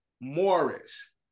Morris